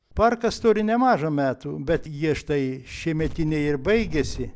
parkas turi nemaža metų bet jie štai šiemetiniai ir baigėsi